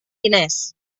diners